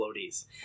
floaties